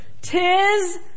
Tis